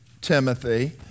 Timothy